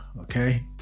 okay